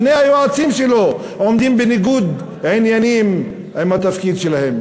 שני היועצים שלו עומדים בניגוד עניינים עם התפקיד שלהם.